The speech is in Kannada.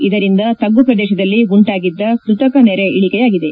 ಇದರಿಂದ ತಗ್ಗು ಪ್ರದೇಶದಲ್ಲಿ ಉಂಟಾಗಿದ್ದ ಕೃತಕ ನೆರೆ ಇಳಕೆಯಾಗಿದೆ